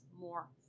more